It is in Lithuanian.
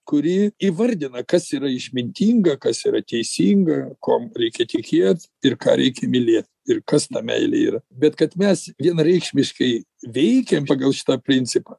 kuri įvardina kas yra išmintinga kas yra teisinga kuom reikia tikėt ir ką reikia mylėt ir kas ta meilė yra bet kad mes vienareikšmiškai veikiam pagal šitą principą